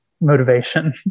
motivation